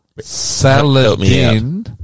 Saladin